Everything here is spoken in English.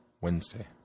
Wednesday